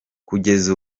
kugeza